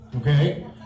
Okay